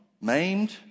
maimed